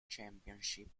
championship